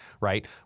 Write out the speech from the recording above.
right